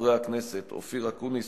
חברי הכנסת אופיר אקוניס,